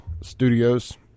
studios